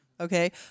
Okay